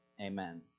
Amen